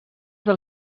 del